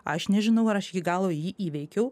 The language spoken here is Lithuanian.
aš nežinau ar aš jį iki galo jį įveikiau